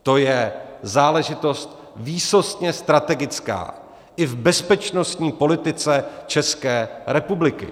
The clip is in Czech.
To je záležitost výsostně strategická i v bezpečnostní politice České republiky.